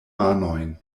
manojn